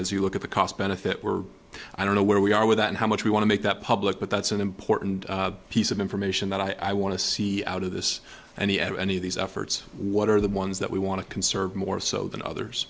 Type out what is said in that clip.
as you look at the cost benefit we're i don't know where we are with that and how much we want to make that public but that's an important piece of information that i want to see out of this and yet any of these efforts what are the ones that we want to conserve more so than others